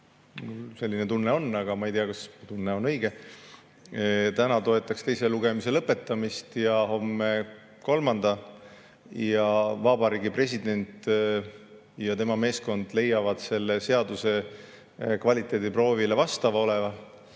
selline tunne on, aga ma ei tea, kas see tunne on õige – täna toetab teise lugemise lõpetamist ja homme kolmanda [lõpetamist] ja Vabariigi President ja tema meeskond leiavad selle seaduse kvaliteediproovile vastava olevat